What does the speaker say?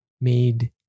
made